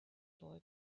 boy